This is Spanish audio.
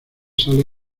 sale